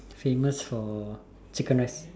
famous for chicken rice